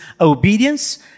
obedience